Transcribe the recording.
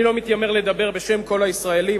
אני לא מתיימר לדבר בשם כל הישראלים,